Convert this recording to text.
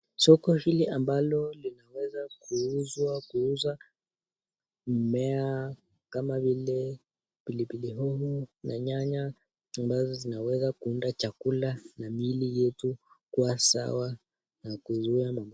Soko hili ambalo linaweza kuuza mmea kama vile pilipili hoho na nyanya ambazo zinaweza kuunda chakula na miili yetu kuwa sawa na kuzuia magonjwa.